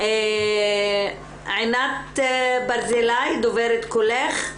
עינת ברזילי דוברת 'קולך'.